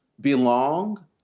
belong